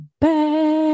back